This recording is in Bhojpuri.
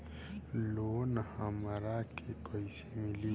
लोन हमरा के कईसे मिली?